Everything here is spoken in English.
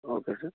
okay sir